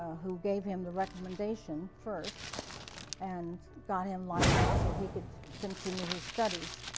who gave him the recommendation first and got him lined up so he could continue his studies.